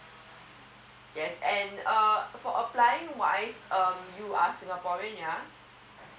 yes and uh for applying wise um you are singaporean yeah